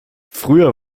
früher